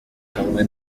hamwe